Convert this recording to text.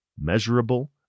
Measurable